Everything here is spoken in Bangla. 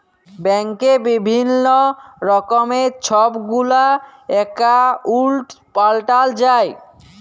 ব্যাংকে বিভিল্ল্য রকমের ছব গুলা একাউল্ট পাল্টাল যায়